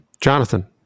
jonathan